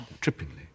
Trippingly